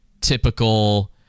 typical